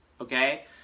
Okay